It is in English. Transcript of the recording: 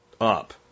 up